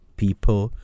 people